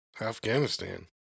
Afghanistan